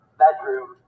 bedroom